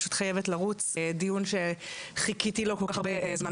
חייבת לרוץ לדיון שחיכיתי לו הרבה זמן.